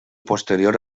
posterior